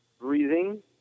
breathing